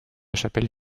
chapelle